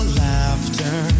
laughter